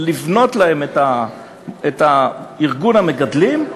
לבנות להם את ארגון המגדלים,